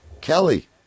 Kelly